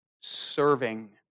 Serving